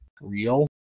real